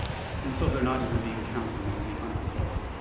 and so they're not even being counted among the unemployed.